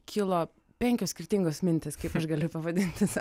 kilo penkios skirtingos mintys kaip aš galiu pavadinti